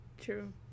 True